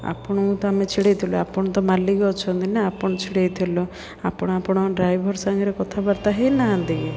ଆପଣଙ୍କୁ ତ ଆମେ ଛିଡ଼େଇଥିଲୁ ଆପଣ ତ ମାଲିକ ଅଛନ୍ତି ନା ଆପଣ ଛିଡ଼େଇଥିଲୁ ଆପଣ ଆପଣ ଡ୍ରାଇଭର ସାଙ୍ଗରେ କଥାବାର୍ତ୍ତା ହେଇନାହାନ୍ତି କି